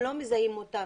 הם לא מזהים אותם.